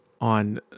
on